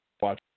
watch